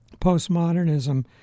postmodernism